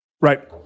Right